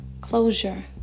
closure